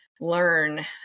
learn